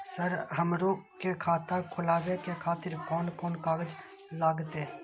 Sir हमरो के खाता खोलावे के खातिर कोन कोन कागज लागते?